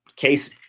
Case